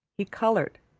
he coloured,